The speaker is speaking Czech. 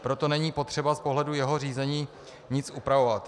Proto není potřeba z pohledu jeho řízení nic upravovat.